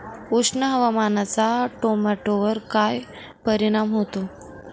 उष्ण हवामानाचा टोमॅटोवर काय परिणाम होतो?